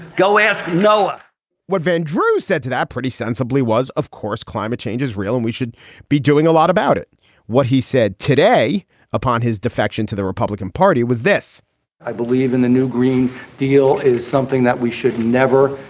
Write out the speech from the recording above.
go ask noah what van drew said to that pretty sensibly was, of course climate change is real and we should be doing a lot about it what he said today upon his defection to the republican party was this i believe in the new green deal is something that we should never,